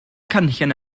cynllun